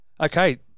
Okay